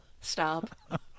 Stop